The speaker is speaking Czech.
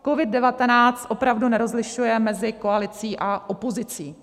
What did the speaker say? COVID19 opravdu nerozlišuje mezi koalicí a opozicí.